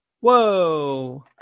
Whoa